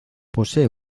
posee